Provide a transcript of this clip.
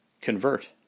Convert